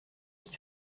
qui